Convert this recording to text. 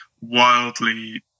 wildly